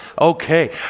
Okay